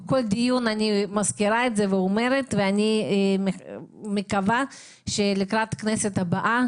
בכל דיון אני מזכירה את זה ואני מקווה שלקראת הכנסת הבאה